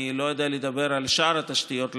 אני לא יודע לדבר על שאר התשתיות הלאומיות,